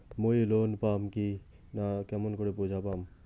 মুই লোন পাম কি না কেমন করি বুঝা পাম?